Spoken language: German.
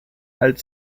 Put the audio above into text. alt